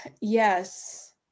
yes